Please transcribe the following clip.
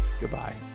Goodbye